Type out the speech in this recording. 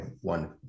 One